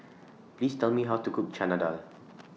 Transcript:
Please Tell Me How to Cook Chana Dal